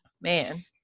man